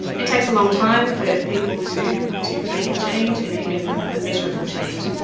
it takes a long time for people to to make a change, and even a measurable change.